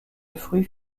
fruits